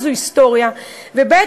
זו היסטוריה, וב.